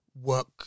work